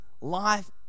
life